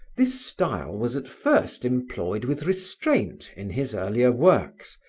this style was at first employed with restraint in his earlier works,